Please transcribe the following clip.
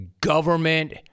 Government